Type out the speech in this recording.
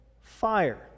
fire